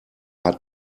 hat